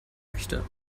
möchte